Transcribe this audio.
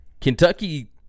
Kentucky